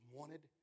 wanted